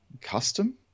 custom